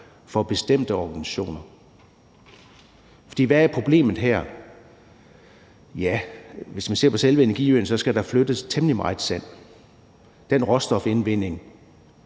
for bestemte organisationer? For hvad er problemet her? Ja, hvis man ser på selve energiøen, skal der flyttes temmelig meget sand, og i forhold